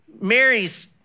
Mary's